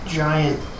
giant